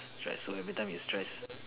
stress so every time you stress